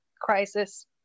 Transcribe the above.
crisis